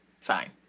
Fine